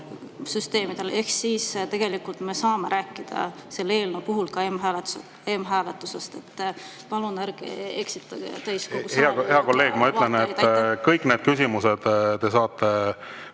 Ehk siis tegelikult me saame rääkida selle eelnõu puhul ka m‑hääletusest. Palun ärge eksitage täiskogu saali